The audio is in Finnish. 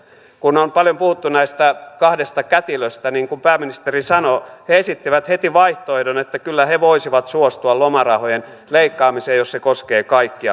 kun on paljon puhuttu näistä kahdesta kätilöstä niin kuten pääministeri sanoi he esittivät heti vaihtoehdon että kyllä he voisivat suostua lomarahojen leikkaamiseen jos se koskee kaikkia